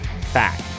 Fact